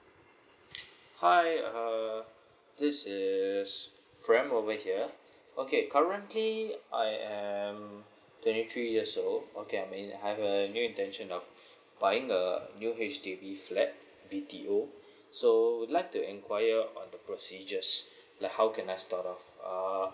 hi uh uh this is prem over here okay correct me I am twenty three years old okay I'm in I have a new intention of buying a new H_D_B flat B_T_O so I'd like to enquire on the procedures like how can I start off uh